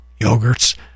yogurts